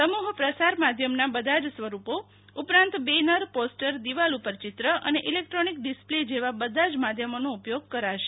સમુહ પ્રસાર માધ્યમના બધા જસ્વરૂપો ઉપરાંત બેનર પોસ્ટર દીવાલ ઉપર ચિત્ર અને ઈલેક્ટ્રોનિક ડિસપ્લે જેવા બધા જ માધ્યોનો ઉપયોગ કરાશે